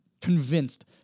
convinced